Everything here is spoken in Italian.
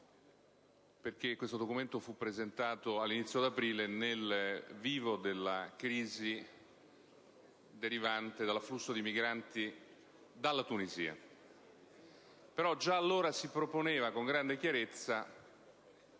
perché questo documento fu presentato all'inizio di aprile, nel vivo della crisi derivante dall'afflusso di migranti dalla Tunisia. Già allora, però, si proponeva con grande chiarezza